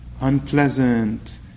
unpleasant